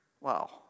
Wow